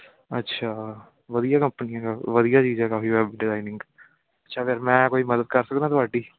ਅੱਛਾ ਵਧੀਆ ਕੰਪਨੀ ਆ ਵਧੀਆ ਚੀਜ਼ ਆ ਕਾਫੀ ਵੈੱਬ ਡਿਜਾਇਨਿੰਗ ਅੱਛਾ ਫਿਰ ਮੈਂ ਕੋਈ ਮਦਦ ਕਰ ਸਕਦਾ ਤੁਹਾਡੀ